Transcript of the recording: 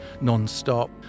non-stop